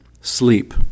sleep